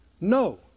No